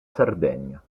sardegna